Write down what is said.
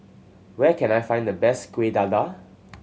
where can I find the best Kuih Dadar